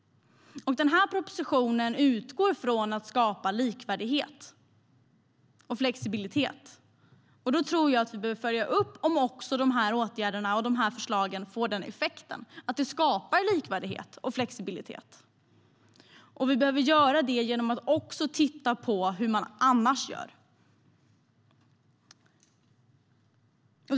Den här propositionen utgår från att skapa likvärdighet och flexibilitet, och då tror jag att vi behöver följa upp om åtgärderna och förslagen också får den effekten att det skapar likvärdighet och flexibilitet. Detta behöver vi göra också genom att titta på hur man annars gör.